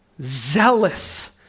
zealous